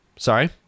Sorry